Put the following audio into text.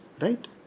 right